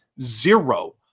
zero